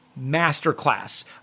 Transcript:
masterclass